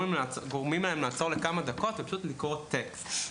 גורמים להם לעצור לכמה דקות ופשוט לקרוא טקסט.